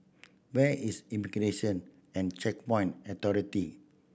where is Immigration and Checkpoint Authority